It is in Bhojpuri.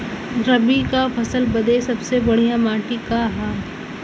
रबी क फसल बदे सबसे बढ़िया माटी का ह?